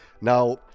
Now